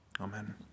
Amen